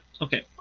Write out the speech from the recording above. okay